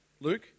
Luke